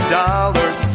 dollars